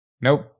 Nope